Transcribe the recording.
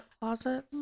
closet